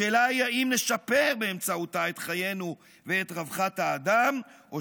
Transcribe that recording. השאלה היא אם נשפר באמצעותה את חיינו ואת רווחת האדם או